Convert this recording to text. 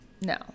No